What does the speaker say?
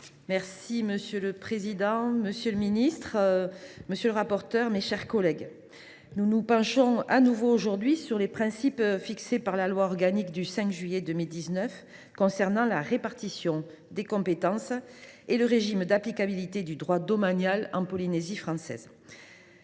Monsieur le président, monsieur le ministre, mes chers collègues, nous nous penchons de nouveau aujourd’hui sur les principes fixés par la loi organique du 5 juillet 2019 relative à la répartition des compétences et au régime d’applicabilité du droit domanial en Polynésie française.